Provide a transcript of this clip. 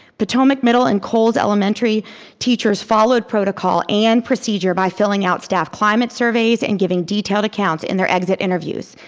potomac middle and coles elementary teachers followed protocol and procedure by filling out staff climate surveys and giving detailed accounts in their exit interviews